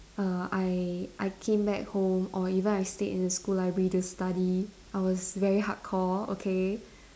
err I I came back home or even I stayed in school library to study I was very hardcore okay